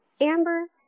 Amber